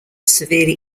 severely